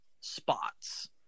spots